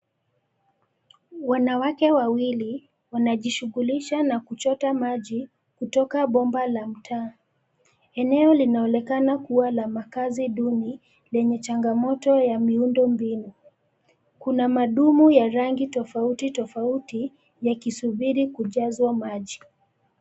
Wanawake wawili, wanajishughulisha na kuchota maji, kutoka bomba la mtaa, eneo linaonekana kuwa la makazi duni, lenye changamoto ya miundo mbinu, kuna madumu ya rangi tofauti tofauti, yakisubiri kujazwa maji.